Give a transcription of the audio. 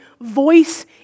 voice